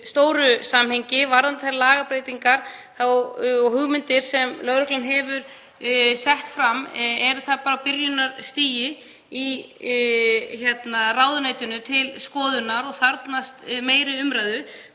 stóru samhengi. Varðandi þær lagabreytingar og hugmyndir sem lögreglan hefur sett fram þá er það bara á byrjunarstigi og er í ráðuneytinu til skoðunar og þarfnast meiri umræðu.